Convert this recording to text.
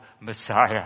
Messiah